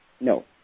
No